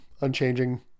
unchanging